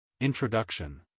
Introduction